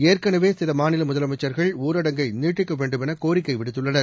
ஏற்கனவே சில மாநில முதலமைச்சர்கள் ஊரடங்கை நீட்டிக்க வேண்டுமென கோரிக்கை விடுத்துள்ளன்